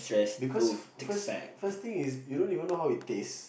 because first first thing is you don't even know how it taste